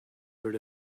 heard